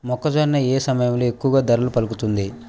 మొక్కజొన్న ఏ సమయంలో ఎక్కువ ధర పలుకుతుంది?